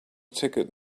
ticket